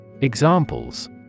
Examples